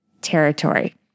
territory